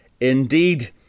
indeed